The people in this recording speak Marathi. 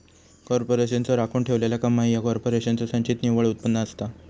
कॉर्पोरेशनचो राखून ठेवलेला कमाई ह्या कॉर्पोरेशनचो संचित निव्वळ उत्पन्न असता